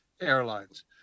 Airlines